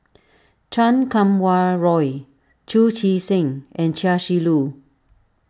Chan Kum Wah Roy Chu Chee Seng and Chia Shi Lu